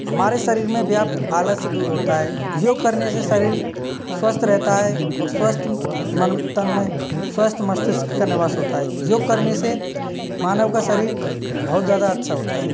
हमारे शरीर में व्याप्त आलस्य दूर होता है योग करने से शरीर स्वस्थ रहता है और स्वस्थ मन और तन में स्वस्थ मस्तिष्क का निवास होता है योग करने से मानव का शरीर बहुत ज़्यादा अच्छा होता है